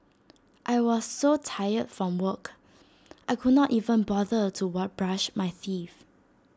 I was so tired from work I could not even bother to work brush my teeth